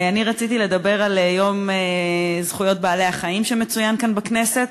אני רציתי לדבר על יום זכויות בעלי-החיים שמצוין כאן בכנסת.